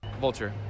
Vulture